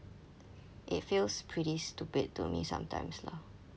it feels pretty stupid to me sometimes lah